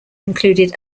included